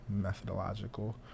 methodological